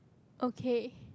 okay